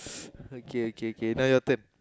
okay okay kay now your turn